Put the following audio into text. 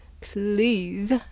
please